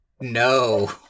no